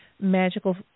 magical